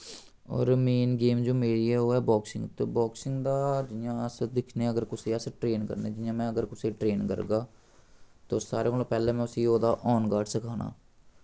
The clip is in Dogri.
और मेन गेम जो मेरी ऐ ओह् ऐ बाक्सिंग ते बाक्सिंग दा जि'यां अस दिक्खनें अगर कुसै अस ट्रेन करने जि'यां में अगर कुसै ई ट्रेन करगा तो सारें कोला पैह्लें में उस्सी ओह्दा आन गार्ड सखाना